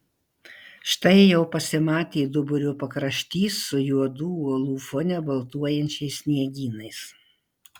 štai jau pasimatė duburio pakraštys su juodų uolų fone baltuojančiais sniegynais